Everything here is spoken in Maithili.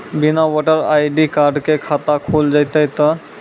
बिना वोटर आई.डी कार्ड के खाता खुल जैते तो?